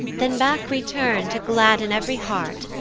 then back return to gladden ev'ry heart,